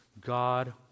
God